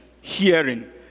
hearing